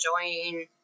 enjoying